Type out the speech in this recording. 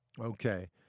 Okay